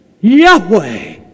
Yahweh